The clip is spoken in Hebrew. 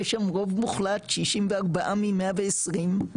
יש שם רוב מוחלט 64 מ- 120,